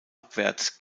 abwärts